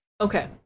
Okay